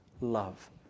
love